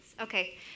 Okay